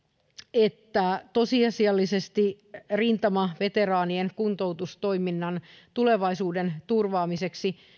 että tosiasiallisesti rintamaveteraanien kuntoutustoiminnan tulevaisuuden turvaamiseksi